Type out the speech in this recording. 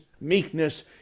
meekness